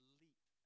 leap